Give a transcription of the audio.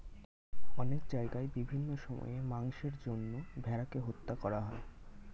অনেক জায়গায় বিভিন্ন সময়ে মাংসের জন্য ভেড়াকে হত্যা করা হয়